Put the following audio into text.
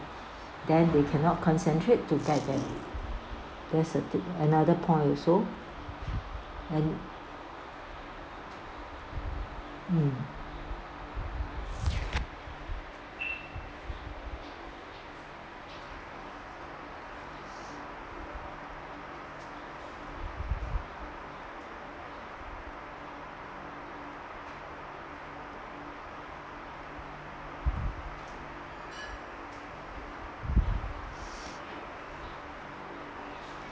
then they cannot concentrate to get them in that's a di~ another point also and mm